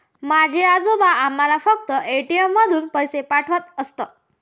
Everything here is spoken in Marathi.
माझे आजोबा आम्हाला फक्त ए.टी.एम मधून पैसे पाठवत असत